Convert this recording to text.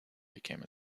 became